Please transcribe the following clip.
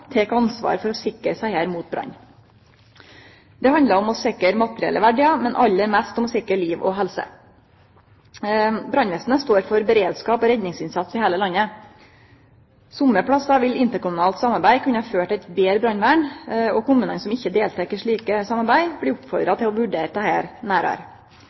tek ansvar for å sikre seg mot brann. Det handlar om å sikre materielle verdiar, men aller mest om å sikre liv og helse. Brannvesenet står for beredskap og redningsinnsats i heile landet. Somme plassar vil interkommunalt samarbeid kunne føre til eit betre brannvern, og kommunane som ikkje deltek i slikt samarbeid, blir